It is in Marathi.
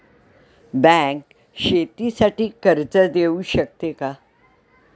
बँक शेतीसाठी कर्ज देऊ शकते का?